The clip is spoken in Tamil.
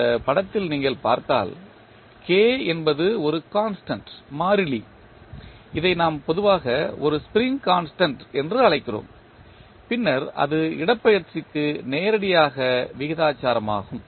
இந்த படத்தில் நீங்கள் பார்த்தால் K என்பது ஒரு கான்ஸ்டன்ட் மாறிலி இதை நாம் பொதுவாக ஒரு ஸ்ப்ரிங் கான்ஸ்டன்ட் என்று அழைக்கிறோம் பின்னர் அது இடப்பெயர்ச்சிக்கு நேரடியாக விகிதாசாரமாகும்